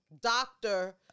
doctor